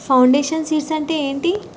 Foundation seeds అంటే ఏంటి?